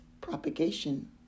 propagation